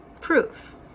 proof